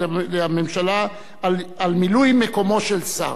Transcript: לחוק הממשלה, על מילוי מקומו של שר.